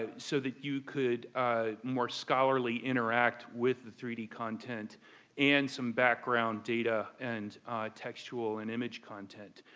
ah so that you could ah more scholarly interact with the three d content and some background data and textual and image content.